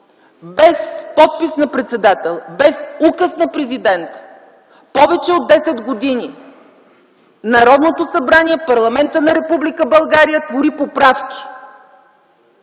без подписа на председателя, без указ на президент, повече от десет години Народното събрание, парламентът на Република България твори поправки!